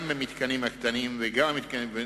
גם במתקנים הקטנים וגם במתקנים הגדולים,